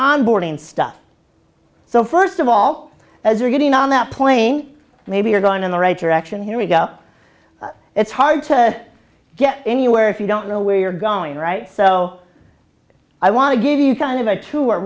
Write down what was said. onboard and stuff so first of all as you're getting on that plane maybe you're going in the right direction here you go it's hard to get anywhere if you don't know where you're going right so i want to give you kind of a t